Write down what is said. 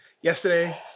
yesterday